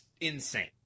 insane